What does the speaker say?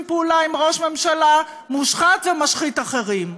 פעולה עם ראש ממשלה מושחת ומשחית אחרים.